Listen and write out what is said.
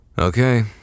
Okay